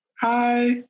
Hi